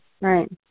right